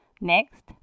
Next